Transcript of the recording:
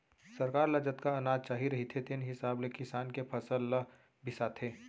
सरकार ल जतका अनाज चाही रहिथे तेन हिसाब ले किसान के फसल ल बिसाथे